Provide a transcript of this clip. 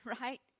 right